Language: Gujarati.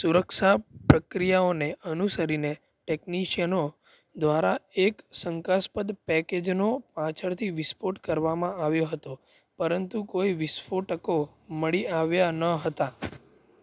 સુરક્ષા પ્રક્રિયાઓને અનુસરીને ટેકનિશિયનો દ્વારા એક શંકાસ્પદ પેકેજનો પાછળથી વિસ્ફોટ કરવામાં આવ્યો હતો પરંતુ કોઈ વિસ્ફોટકો મળી આવ્યાં ન હતાં